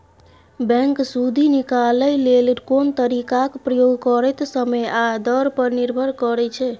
bank सुदि निकालय लेल कोन तरीकाक प्रयोग करतै समय आ दर पर निर्भर करै छै